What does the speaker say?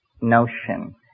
notion